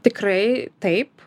tikrai taip